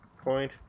Point